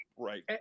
right